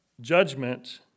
judgment